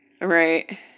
right